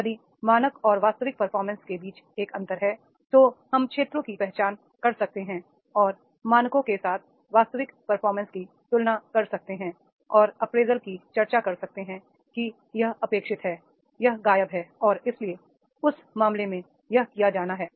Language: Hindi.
यदि मानक और वास्तविक परफॉर्मेंस के बीच एक अंतर है तो हम क्षेत्रों की पहचान कर सकते हैं और मानकों के साथ वास्तविक परफॉर्मेंस की तुलना कर सकते हैं और अप्रेजल की चर्चा कर सकते हैं कि यह अपेक्षित है यह गायब है और इसलिए उस मामले में यह किया जाना है